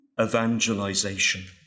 evangelization